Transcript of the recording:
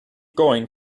going